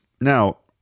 Now